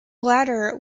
latter